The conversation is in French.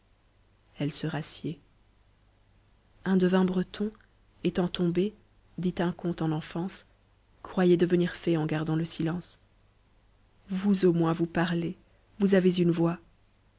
un devin breton étant tombé dit un conte en enfance croyait devenir fée en gardant le silence vous au moins vous parlez vous avez une voix